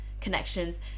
connections